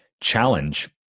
challenge